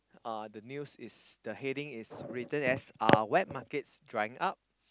uh the news is the heading is written as uh wet markets drying up